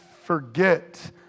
forget